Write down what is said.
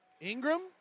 Ingram